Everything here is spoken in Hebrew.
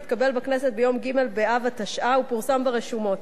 התקבל בכנסת ביום ג' באב התשע"א ופורסם ברשומות.